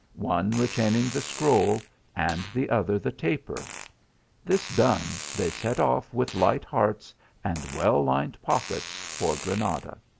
one retaining the scroll and the other the taper this done, they set off with light hearts and well lined pockets for granada.